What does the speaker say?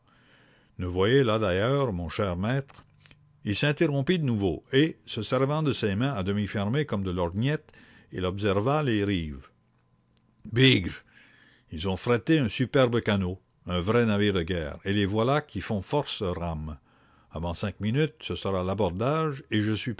ne voyez là mon cher maître il s'interrompit de nouveau et se servant de ses mains à demi fermées comme de lorgnettes il observa les rives bigre ils ont frété un superbe canot un vrai navire de guerre et les voilà qui font force rames avant cinq minutes ce sera l'abordage et je suis